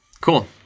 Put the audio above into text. cool